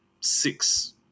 six